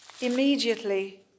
immediately